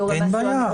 אין בעיה.